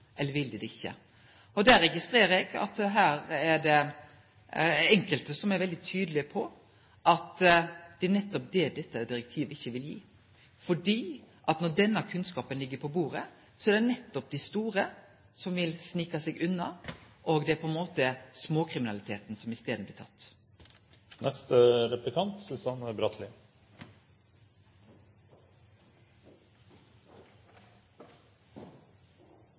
Eller vil det ikkje? Eg registrerer at her er det enkelte som er veldig tydelege på at det er nettopp det dette direktivet ikkje vil gjere. Når denne kunnskapen ligg på bordet, er det nettopp dei store som vil snike seg unna, og det er på ein måte dei småkriminelle som i staden blir